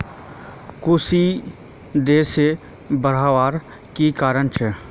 कुशी देर से बढ़वार की कारण छे?